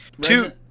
two